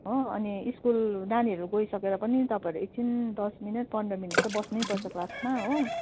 हो अनि स्कुल नानीहरू गइसकेर पनि तपाईँहरू एकछिन दस मिनट पन्ध्र मिनट चाहिँ बस्नैपर्छ क्लासमा हो